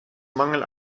mangel